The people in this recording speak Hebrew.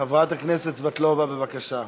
חברת הכנסת סבטלובה, בבקשה.